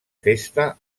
festa